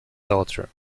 daughter